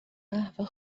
قهوه